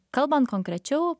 kalbant konkrečiau